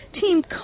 Team